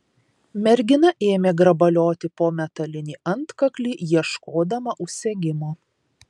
mergina ėmė grabalioti po metalinį antkaklį ieškodama užsegimo